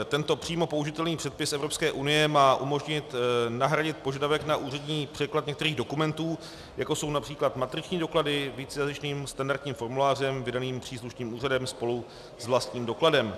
Tento přímo použitelný předpis Evropské unie má umožnit nahradit požadavek na úřední překlad některých dokumentů, jako jsou například matriční doklady, vícejazyčným standardním formulářem vydaným příslušným úřadem spolu s vlastním dokladem.